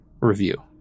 review